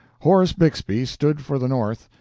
horace bixby stood for the north,